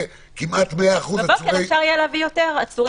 לכמעט 100% עצורי --- בבוקר אפשר יהיה להביא יותר עצורים אחרים.